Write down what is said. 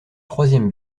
troisième